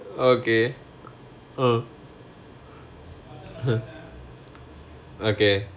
okay mm okay